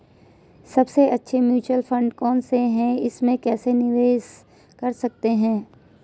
सबसे अच्छे mutual fund कौन कौनसे हैं इसमें कैसे निवेश कर सकते हैं?